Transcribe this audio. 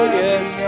yes